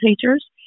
teachers